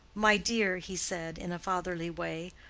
my dear, he said, in a fatherly way,